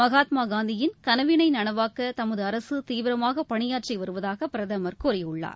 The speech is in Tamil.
மகாத்மா காந்தியின் கனவிளை நளவாக்க தமது அரசு தீவிரமாக பணியாற்றி வருவதாக பிரதமர் கூறியுள்ளார்